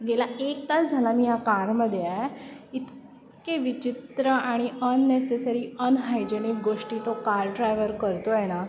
गेला एक तास झाला मी या कारमध्ये आहे इतके विचित्र आणि अननेसेसरी अनहायजनिक गोष्टी तो कार ड्रायव्हर करतो आहे ना